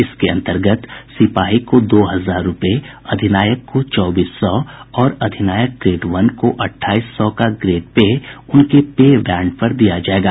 इसके अंतर्गत सिपाही को दो हजार रूपये अधिनायक को चौबीस सौ और अधिनायक ग्रेड वन को अठाईस सौ का ग्रेड पे उनके पे बैंड में दिया जायेगा